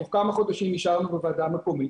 תוך כמה חודשים אישרנו בוועדה המקומית,